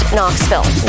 Knoxville